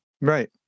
right